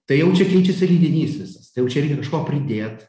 tai jau čia keičiasi ir lydinys visas tai jau čia reikia kažko pridėt